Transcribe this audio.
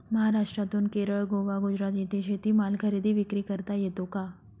महाराष्ट्रातून केरळ, गोवा, गुजरात येथे शेतीमाल खरेदी विक्री करता येतो का?